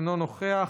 אינו נוכח,